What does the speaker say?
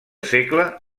segle